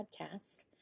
Podcast